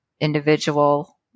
individual